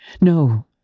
No